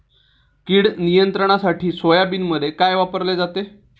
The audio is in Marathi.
कीड नियंत्रणासाठी सोयाबीनमध्ये काय वापरले जाते?